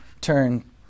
turn